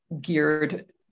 geared